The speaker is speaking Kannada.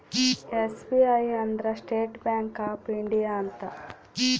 ಎಸ್.ಬಿ.ಐ ಅಂದ್ರ ಸ್ಟೇಟ್ ಬ್ಯಾಂಕ್ ಆಫ್ ಇಂಡಿಯಾ ಅಂತ